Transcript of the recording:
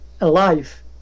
alive